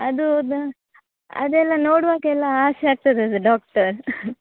ಅದುದ ಅದೆಲ್ಲ ನೋಡುವಾಗ ಎಲ್ಲ ಆಸೆ ಆಗ್ತದೆ ಅದು ಡಾಕ್ಟರ್